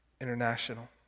International